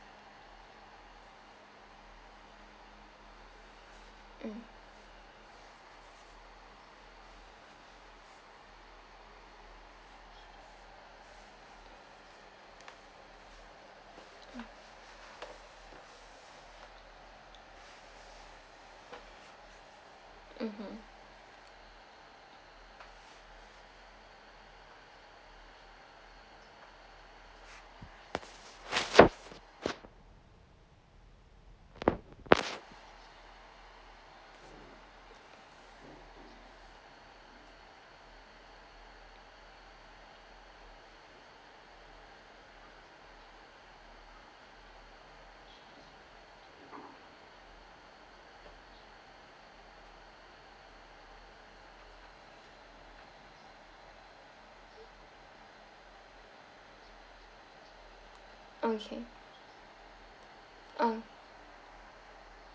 mm mmhmm okay uh